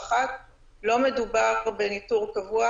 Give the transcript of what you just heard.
הכלי הזה שונה, אנחנו לא מדברים על ניטור קבוע.